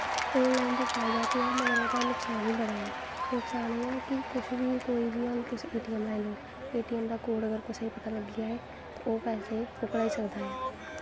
on line दा फायदा ते ऐ पर ओह्दा नुकसान बी बड़ा ऐ नुकसान एह् ऐ कु कुछ बी जि'यां हून कोई ए टी ऐम्म लाई लैओ ए टी ऐम्म दा कोड़ तुस लाई लैओ ते ओह् पैसे ओह् कड़ाई सकदा ऐ